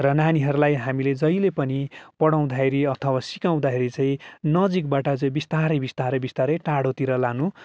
र नानीहरूलाई हामीले जहिले पनि पढाउँदाखेरि अथवा सिकाउँदाखेरि चाहिँ नजिकबाट चाहिँ बिस्तारै बिस्तारै बिस्तारै टाढोतिर लानु